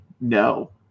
no